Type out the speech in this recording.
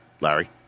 Larry